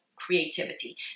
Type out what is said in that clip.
creativity